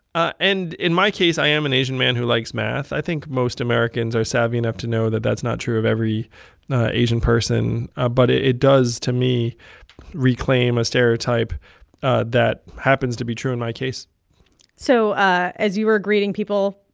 ah and in my case, i am an asian man who likes math. i think most americans are savvy enough to know that that's not true of every asian person. ah but it does to me reclaim a stereotype that happens to be true in my case so ah as you were greeting people,